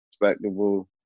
respectable